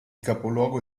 capoluogo